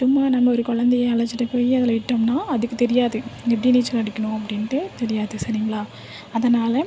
சும்மா நம்ம ஒரு கொழந்தைய அழைச்சிட்டு போய் அதில் விட்டோம்னால் அதுக்கு தெரியாது எப்படி நீச்சல் அடிக்கணும் அப்படின்ட்டு தெரியாது சரிங்களா அதனால்